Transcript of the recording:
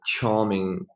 charming